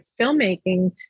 filmmaking